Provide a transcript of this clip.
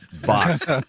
box